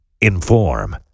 inform